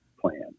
plan